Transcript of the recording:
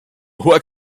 hoher